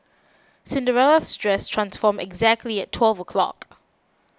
Cinderella's dress transformed exactly at twelve o'clock